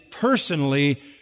personally